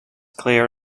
clear